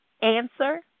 answer